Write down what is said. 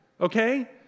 okay